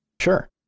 sure